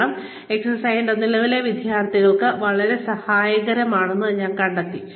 കാരണം ഈ എക്സസൈസ് എന്റെ നിലവിലെ വിദ്യാർത്ഥികൾക്ക് വളരെ സഹായകരമാണെന്ന് ഞാൻ കണ്ടെത്തി